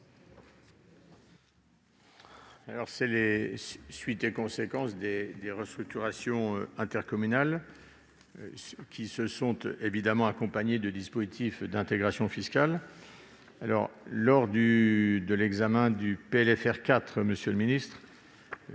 sont là les suites et conséquences des restructurations intercommunales, qui se sont évidemment accompagnées de dispositifs d'intégration fiscale. Lors de l'examen du PLFR 4, monsieur le ministre,